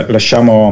Lasciamo